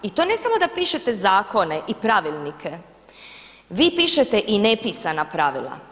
I to ne samo da pišete zakone i pravilnike, vi pišete i nepisana pravila.